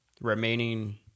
remaining